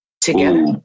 Together